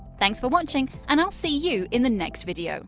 thanks for watching and i'll see you in the next video!